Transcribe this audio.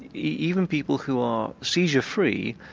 even people who are seizure free,